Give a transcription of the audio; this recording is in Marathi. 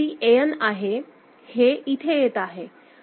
KC An आहे हे इथे येत आहे